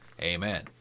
amen